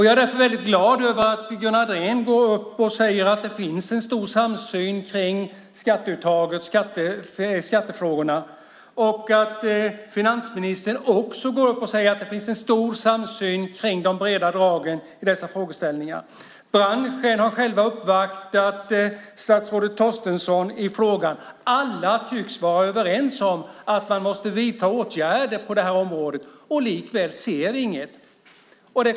Jag är glad över att Gunnar Andrén sade att det finns en stor samsyn i skattefrågorna och att finansministern sade att det finns en stor samsyn i de breda dragen i dessa frågor. Branschen har själv uppvaktat statsrådet Torstensson i frågan. Alla tycks vara överens om att man måste vidta åtgärder på detta område, och likväl ser vi inget.